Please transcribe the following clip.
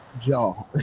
jaw